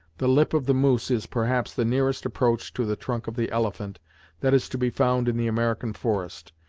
the lip of the moose is, perhaps, the nearest approach to the trunk of the elephant that is to be found in the american forest,